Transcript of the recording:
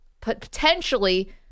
potentially